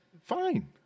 Fine